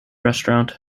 restaurant